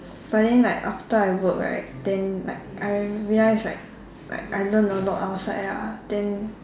but then like after I work right then like I realise right like I learn a lot outside ah then